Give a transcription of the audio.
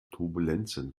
turbulenzen